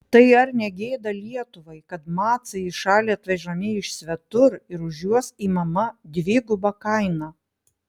tai ar ne gėda lietuvai kad macai į šalį atvežami iš svetur ir už juos imama dviguba kaina